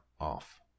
off